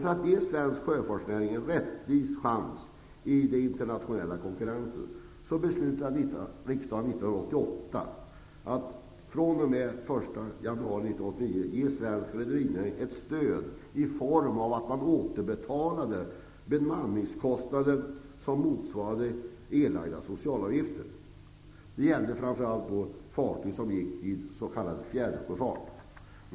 För att ge svensk sjöfartsnäring en rättvis chans i den internationella konkurrensen beslutade vi i riksdagen 1988 att fr.o.m. den 1 januari 1989 ge svensk rederinäring ett stöd i sådan form att man återbetalade bemanningskostnader motsvarande erlagda socialavgifter. Det gällde framför allt fartyg som gick i s.k. fjärrsjöfart.